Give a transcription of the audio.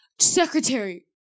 secretary